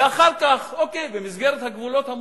ואחר כך, אוקיי, במסגרת הגבולות המוסכמים,